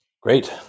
Great